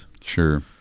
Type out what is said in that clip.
sure